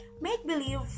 make-believe